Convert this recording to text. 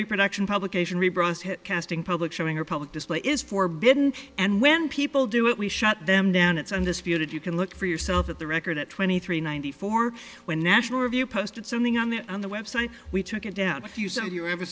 reproduction publication rebrov casting public showing or public display is forbidden and when people do it we shut them down it's undisputed you can look for yourself at the record at twenty three ninety four when national review posted something on the on the website we took it down a few so you ever